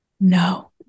No